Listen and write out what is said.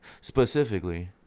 Specifically